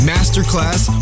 Masterclass